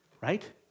right